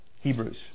Hebrews